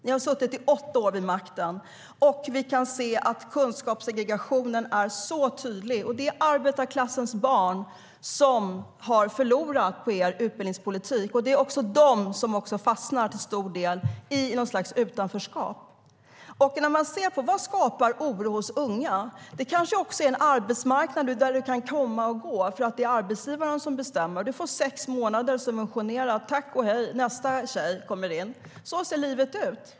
Ni har suttit i åtta år vid makten, och vi kan se att kunskapssegregationen är tydlig. Det är arbetarklassens barn som har förlorat på er utbildningspolitik. Det är också de som till stor del fastnar i något slags utanförskap. Låt oss se på vad det är som skapar oro hos unga. Det kanske också är en arbetsmarknad där man kan komma och gå eftersom det är arbetsgivaren som bestämmer. Man får sex månader subventionerade - tack och hej, nästa tjej kommer in! Så ser livet ut.